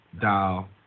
dial